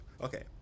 Okay